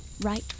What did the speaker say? Right